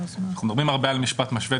אנחנו מדברים הרבה על משפט משווה.